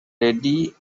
ready